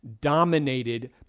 dominated